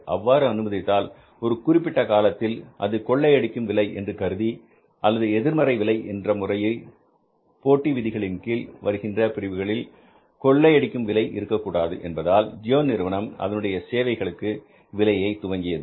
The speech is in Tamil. அவ்வாறு அனுமதித்தால் ஒரு குறிப்பிட்ட காலத்தில் அது கொள்ளையடிக்கும் விலை என்று கருதி அல்லது எதிர்மறை விலை முறை என்கிற போட்டி விதிகளின் கீழ் வருகின்ற பிரிவுகளில் கொள்ளையடிக்கும் விலை இருக்கக் கூடாது என்பதால் ஜியோ நிறுவனம் அதனுடைய சேவைகளுக்கு விலையை துவங்கியது